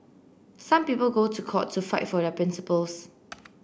some people go to court to fight for their principles